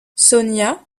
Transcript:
sonia